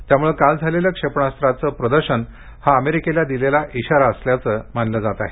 त्यामुळं काल झालेलं क्षेपणास्त्राचं प्रदर्शन हा अमेरिकेला दिलेला इशारा असल्याचं मानलं जात आहे